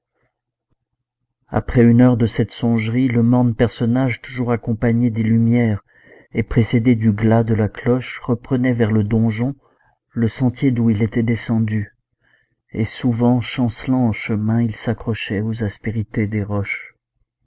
après une heure de cette songerie le morne personnage toujours accompagné des lumières et précédé du glas de la cloche reprenait vers le donjon le sentier d'où il était descendu et souvent chancelant en chemin il s'accrochait aux aspérités des roches